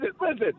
Listen